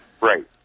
Right